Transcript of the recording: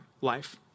life